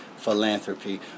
philanthropy